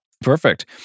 Perfect